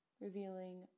revealing